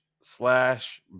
slash